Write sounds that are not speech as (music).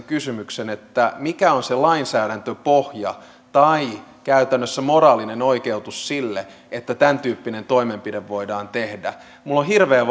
(unintelligible) kysymyksen mikä on se lainsäädäntöpohja tai käytännössä moraalinen oikeutus sille että tämäntyyppinen toimenpide voidaan tehdä minun on hirveän (unintelligible)